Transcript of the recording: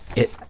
it,